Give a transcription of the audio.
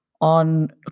on